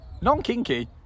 Non-kinky